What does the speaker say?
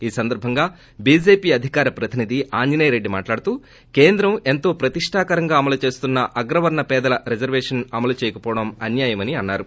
ఈ సందర్భంగా చీజేపీ అధికార ప్రతినీధి ఆంజనేయ రెడ్డి మాట్లాడుతూ కేంద్రం ఎంతో ప్రతిష్షాత్మ కంగా అమలు చేస్తున్న అగ్రవర్ణ పేదల రిజర్వేషన్ అమలు చేయకవోవడం అన్నాయం అని అన్సారు